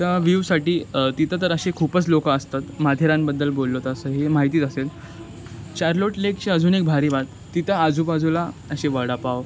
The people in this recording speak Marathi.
त्या व्यूसाठी तिथं तर असे खूपच लोकं असतात माथेरानबद्दल बोललो तसं हे माहितीच असेल चारलोट लेकची अजून एक भारी बात तिथं आजूबाजूला अशी वडापाव